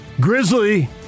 Grizzly